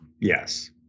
Yes